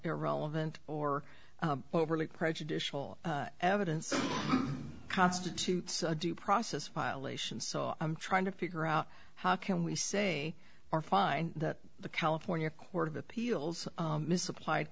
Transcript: irrelevant or overly prejudicial evidence constitutes a due process violation so i'm trying to figure out how can we say or fine that the california court of appeals misapplied